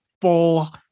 full